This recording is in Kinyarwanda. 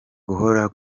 guhora